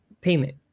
payment